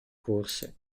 corse